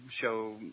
show